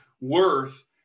worth